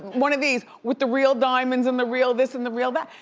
one of these with the real diamonds and the real this and the real that.